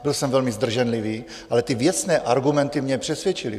Byl jsem velmi zdrženlivý, ale věcné argumenty mě přesvědčily.